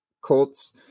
Colts